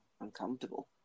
uncomfortable